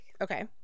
Okay